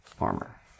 armor